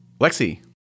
Lexi